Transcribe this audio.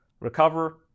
recover